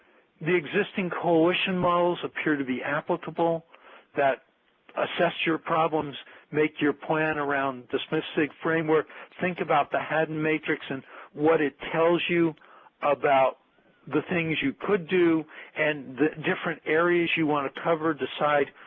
the existing coalition models appear to be applicable that assess your problems make your plan around the spf-sig framework think about the haddon matrix and what it tells you about the things you could do and the different areas you want to cover decide